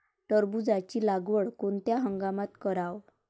टरबूजाची लागवड कोनत्या हंगामात कराव?